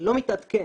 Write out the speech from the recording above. לא מתעדכן,